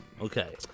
Okay